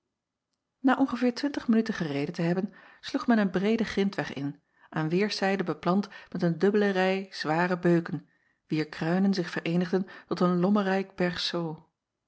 a ongeveer twintig minuten gereden te hebben sloeg men een breeden grindweg in aan weêrszijden beplant met een dubbele rij zware beuken wier kruinen zich vereenigden tot een